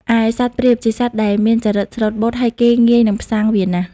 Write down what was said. ឯសត្វព្រាប ជាសត្វដែលមានចរិតស្លូតបូត ហើយគេងាយនិងផ្សាំងវាណាស់។